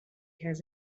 has